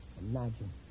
Imagine